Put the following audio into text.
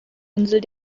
insel